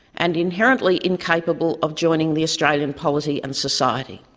and inherently incapable of joining the australian polity and society.